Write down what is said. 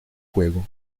juego